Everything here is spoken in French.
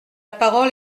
parole